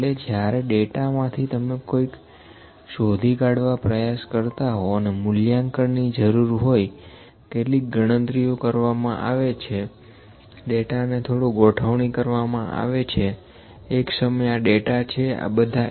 એટલે જ્યારે ડેટા માંથી તમે કઈક શોધી કાઢવા પ્રયાશ કરતા હો અને મૂલ્યાંકન ની જરૂર હોય કેટલીક ગણતરીઓ કરવામાં આવે છે ડેટા ને થોડો ગોઠવણી કરવામાં આવે છે એક સમયે આં ડેટા છે આં બધા